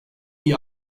iyi